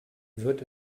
wird